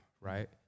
right